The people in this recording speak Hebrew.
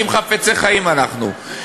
אם חפצי חיים אנחנו,